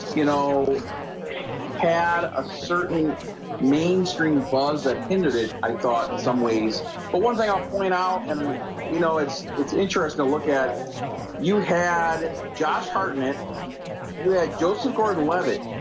you know had a certain mainstream buzz that hindered it i thought in some ways but one thing i'll point out and um you know it's it's interesting to look at you had josh hartnett you had joseph gordon-levitt